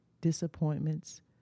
disappointments